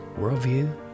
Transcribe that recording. worldview